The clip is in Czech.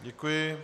Děkuji.